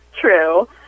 true